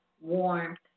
warmth